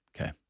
Okay